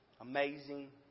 Amazing